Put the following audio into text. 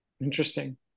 Interesting